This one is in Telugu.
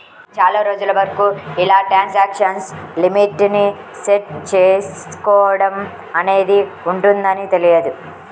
చాలా రోజుల వరకు ఇలా ట్రాన్సాక్షన్ లిమిట్ ని సెట్ చేసుకోడం అనేది ఉంటదని తెలియదు